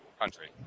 country